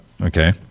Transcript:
okay